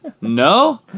No